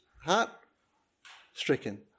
heart-stricken